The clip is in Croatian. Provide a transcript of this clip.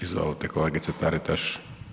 Izvolite kolegice Taritaš.